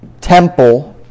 temple